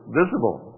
visible